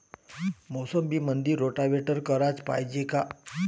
मोसंबीमंदी रोटावेटर कराच पायजे का?